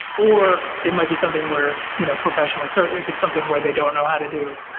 or it might be something where you know professionals, or if it's something where they don't know how to do.